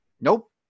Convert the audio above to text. Nope